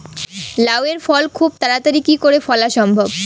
লাউ এর ফল খুব তাড়াতাড়ি কি করে ফলা সম্ভব?